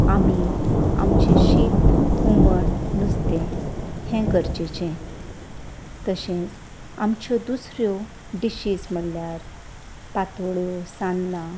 आमी आमचें शीत हुमण नुस्तें हें गरजेचें तशेंच आमच्यो दुसऱ्यो डिशीज म्हणल्यार पातोळ्यो सान्नां